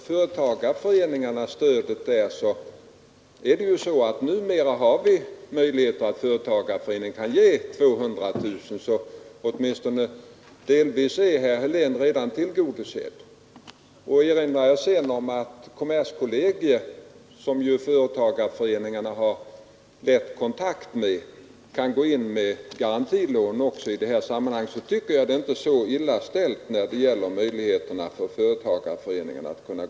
Företagarföreningarna har redan nu möjlighet att bevilja lån på 200 000 kronor. Delvis är herr Heléns önskemål alltså redan tillgodosedda. Kommerskollegium, som företagarföreningarna lätt kan ta kontakt med, kan dessutom gå in med garantilån. Jag tycker därför att företagarföreningarnas möjligheter att ge stöd inte är så dåliga.